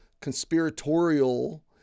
conspiratorial